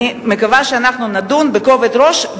אני מקווה שאנחנו נדון בכובד ראש,